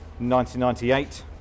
1998